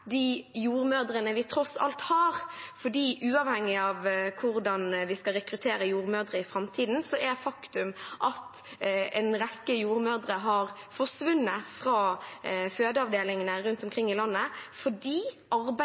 de jordmødrene vi tross alt har. For uavhengig av hvordan vi skal rekruttere jordmødre i framtiden, er det et faktum at en rekke jordmødre har forsvunnet fra fødeavdelingene rundt omkring i landet fordi